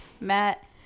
Matt